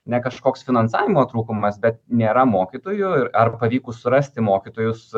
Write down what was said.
ne kažkoks finansavimo trūkumas bet nėra mokytojo ir ar pavykus surasti mokytojus